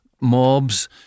mobs